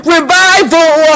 Revival